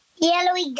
Yellowy